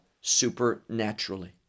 supernaturally